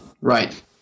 Right